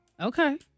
Okay